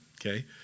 Okay